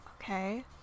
Okay